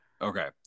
Okay